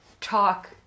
talk